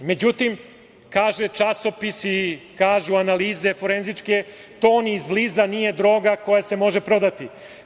Međutim, kaže časopis i kažu analize forezničke, to ni izbliza nije droga koja se može prodati.